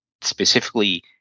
specifically